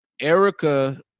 Erica